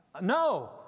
No